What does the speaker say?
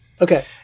Okay